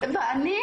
ואני